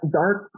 dark